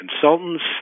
Consultants